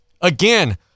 Again